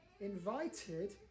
invited